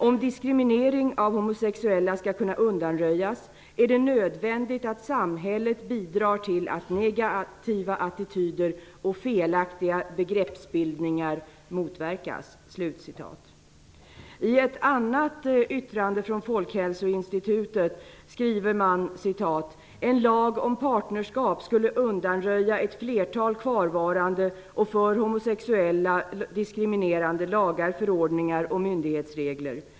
Om diskriminering av homosexuella ska kunna undanröjas är det nödvändigt att samhället bidrar till att negativa attityder och felaktiga begreppsbildningar motverkas.'' I ett annat yttrande från Folkhälsoinstitutet skriver man att ''En lag om partnerskap skulle undanröja ett flertal kvarvarande och för homosexuella diskriminerande lagar, förordningar och myndighetsregler.